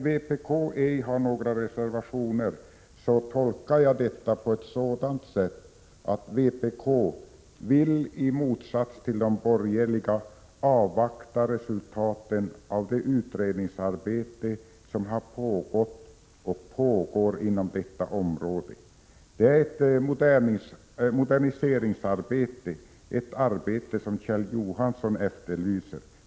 Vpk har ej några reservationer, och jag tolkar det på ett sådant sätt att vpk vill, i motsats till de borgerliga, avvakta resultatet av det utredningsarbete som har pågått och pågår inom detta område. Det är ett moderniseringsarbete som pågår — ett arbete som Kjell Johansson efterlyser.